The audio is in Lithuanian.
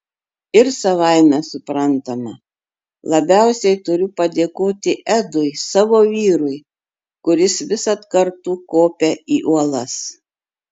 ir savaime suprantama labiausiai turiu padėkoti edui savo vyrui kuris visad kartu kopia į uolas